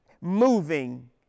moving